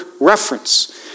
reference